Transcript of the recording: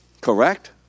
Correct